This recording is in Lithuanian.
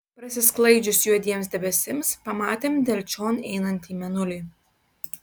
prasisklaidžius juodiems debesims pamatėm delčion einantį mėnulį